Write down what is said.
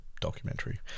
documentary